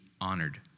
honored